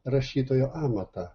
rašytojo amatą